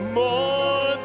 more